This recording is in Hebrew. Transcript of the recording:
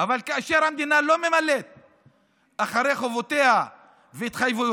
אבל כאשר המדינה לא ממלאת את חובותיה והתחייבויותיה,